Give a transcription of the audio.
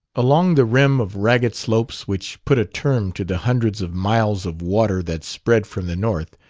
along the rim of ragged slopes which put a term to the hundreds of miles of water that spread from the north,